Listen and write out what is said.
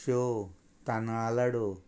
शेव तांदळाड लाडू